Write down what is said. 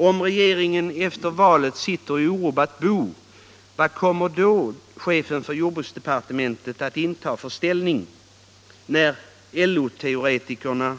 Om regeringen efter valet sitter i orubbat bo, vilken ställning kommer då chefen för jordbruksdepartementet att inta när LO-teoretikerna